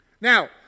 Now